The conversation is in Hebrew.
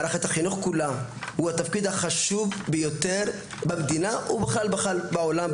מערכת החינוך כולה הוא התפקיד החשוב ביותר במדינה ובכלל בעולם,